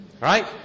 Right